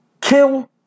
Kill